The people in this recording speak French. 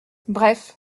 bref